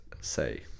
say